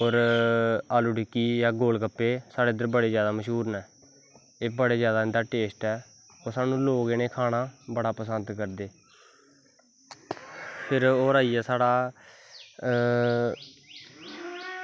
होर आलू टिक्की जां गोलगप्पे इद्धर बड़े जैदा मश्हूर ऐ एह् बड़े जैदा इंदा टेस्ट ऐ होर लोग बड़े जैदा इ'नें गी खाना बड़ा पसंद करदे फिर होर आई गेआ साढ़ा